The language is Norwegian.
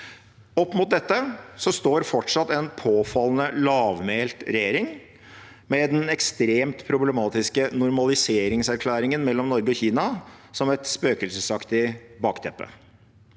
Opp mot dette står fortsatt en påfallende lavmælt regjering med den ekstremt problematiske normaliseringserklæringen mellom Norge og Kina som et spøkelsesaktig bakteppe.